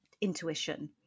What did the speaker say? intuition